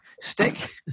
stick